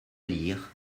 lire